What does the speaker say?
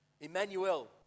Emmanuel